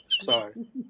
Sorry